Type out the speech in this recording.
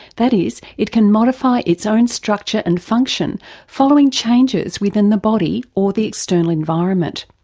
that is, it can modify its own structure and function following changes within the body or the external environment.